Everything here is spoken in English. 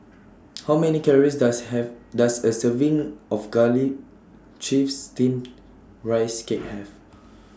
How Many Calories Does Have Does A Serving of Garlic Chives Steamed Rice Cake Have